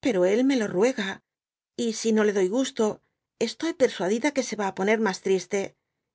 pero él me lo ruega y si no le doy gusto estoy persuadida que se va á poner mas triste